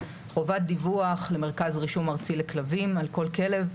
חובת דיווח למרכז רישום ארצי לכלבים על כל כלב.